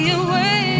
away